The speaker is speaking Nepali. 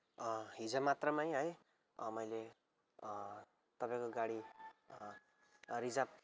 हिजो मात्रमै है मैले तपाईँको गाडी रिजर्भ